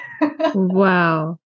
Wow